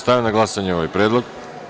Stavljam na glasanje ovaj predlog.